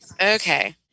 Okay